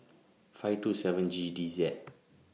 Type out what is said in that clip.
five two seven G D Z